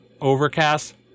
Overcast